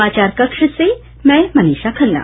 समाचार कक्ष से मैं मनीषा खन्ना